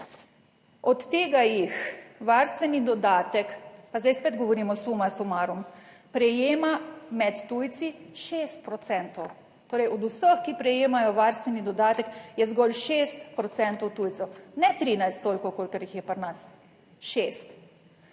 Od tega jih varstveni dodatek, pa zdaj spet govorimo suma sumarum, prejema med tujci 6 %. Torej od vseh, ki prejemajo varstveni dodatek je zgolj 6 % tujcev, ne trinajst, toliko kolikor jih je pri nas.